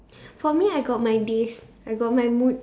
for me I got my days I got my mood